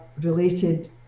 related